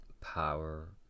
power